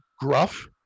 gruff